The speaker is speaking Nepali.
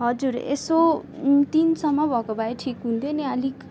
हजुर यसो तिनसम्म भएको भए ठिक हुन्थ्यो नि अलिक